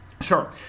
Sure